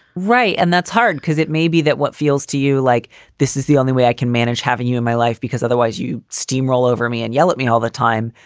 right and that's hard because it may be that what feels to you like this is the only way i can manage having you in my life, because otherwise you steamroll over me and yell at me all the time.